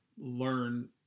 learn